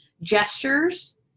gestures